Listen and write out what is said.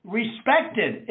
respected